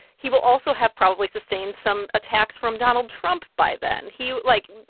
he will also have probably sustained some attacks from donald trump by then he like,